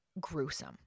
gruesome